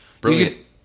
Brilliant